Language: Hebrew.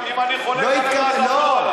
אם אני חולק עליך אז עבדו עלי,